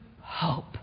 hope